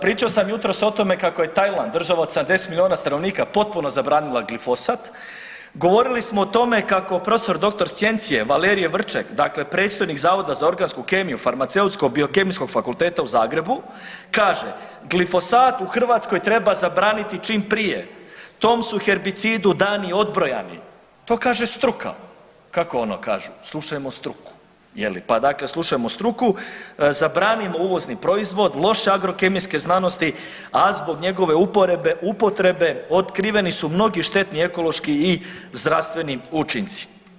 Pričao sam jutros o tome kako je Tajland, država od 70 milijuna stanovnika potpuno zabranila glifosat, govorili smo o tome kako prof. dr. scijencije Valerije Vrček, dakle predstojnik Zavoda za organsku kemiju Farmaceutsko-biokemijskog fakulteta u Zagrebu kaže glifosat u Hrvatskoj treba zabraniti čim prije, tom su herbicidu dani odbrojani, to kaže struka, kako ono kažu slušajmo struku je li, pa dakle slušajmo struku, zabranimo uvozni proizvod, loše agrokemijske znanosti, a zbog njegove upotrebe otkriveni su mnogi štetni ekološki i zdravstveni učinci.